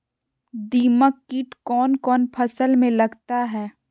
दीमक किट कौन कौन फसल में लगता है?